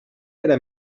era